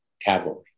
Cavalry